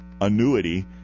annuity